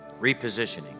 repositioning